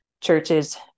churches